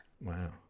Wow